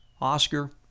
Oscar